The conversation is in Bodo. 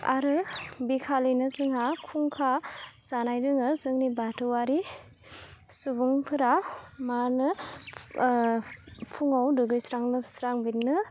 आरो बे खालिनिनो जोंहा खुंखा जानाय दोङो जोंनि बाथौआरि सुबुंफोरा मा होनो फुङाव दुगैस्रां लोबस्रां बिदिनो